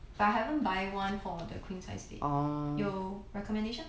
but I haven't buy one for the queen size bed 有 recommendation 吗